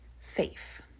safe